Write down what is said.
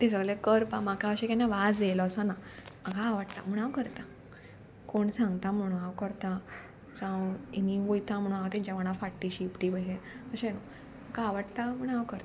तें सगलें करपा म्हाका अशें केन्ना वाज येयलो असो ना म्हाका आवडटा म्हूण हांव करतां कोण सांगता म्हणून हांव करता जावं हें वयता म्हणून हांव तेंच्या वांगडा फाटीं शिपटी बशें अशें न्हू म्हाका आवडटा म्हण हांव करता